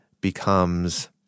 becomes